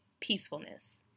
peacefulness